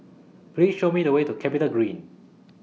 Please Show Me The Way to Capitagreen